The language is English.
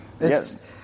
Yes